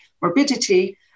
morbidity